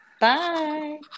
Bye